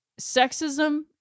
sexism